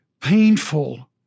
painful